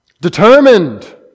Determined